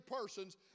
persons